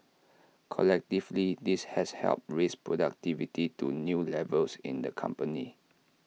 collectively this has helped raise productivity to new levels in the company